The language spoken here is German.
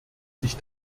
sich